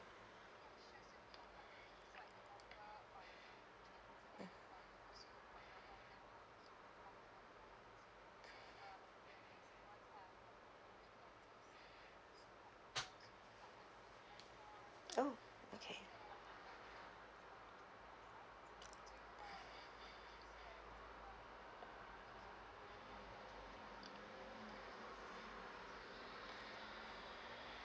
mm oh okay